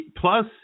Plus